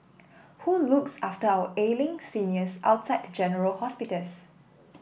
who looks after our ailing seniors outside general hospitals